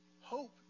hope